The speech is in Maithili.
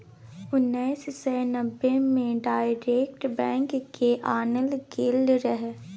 उन्नैस सय नब्बे मे डायरेक्ट बैंक केँ आनल गेल रहय